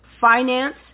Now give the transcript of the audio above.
finance